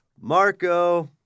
Marco